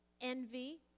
envy